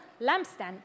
lampstand